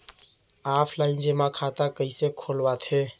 Offline जेमा खाता कइसे खोलवाथे?